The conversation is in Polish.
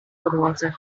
podłodze